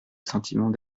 sentiment